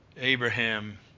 Abraham